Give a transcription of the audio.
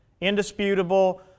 indisputable